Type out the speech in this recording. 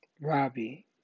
Robbie